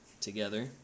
together